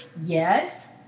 yes